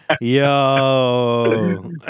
Yo